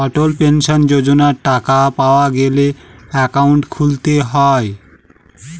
অটল pension যোজনার টাকা পাওয়া গেলে একাউন্ট খুলতে হয়